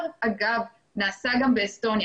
באמת, איכשהו לא הסתדר להיפגש קודם.